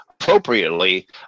appropriately